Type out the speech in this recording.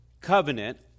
covenant